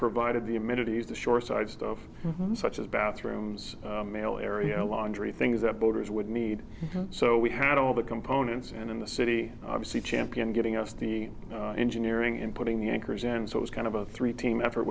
provided the amenities the shoreside stuff such as bathrooms mail area laundry things that voters would need so we had all the components and in the city obviously championed getting us the engineering and putting the anchors and so it was kind of a three team effort